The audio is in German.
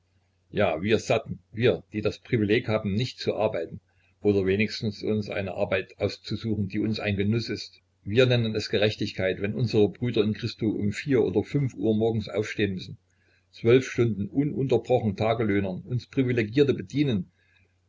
ja wir satten wir die das privileg haben nichts zu arbeiten oder wenigstens uns eine arbeit auszusuchen die uns ein genuß ist wir nennen es gerechtigkeit wenn unsere brüder in christo um vier oder fünf uhr morgens aufstehen müssen zwölf stunden ununterbrochen tagelöhnern uns privilegierte bedienen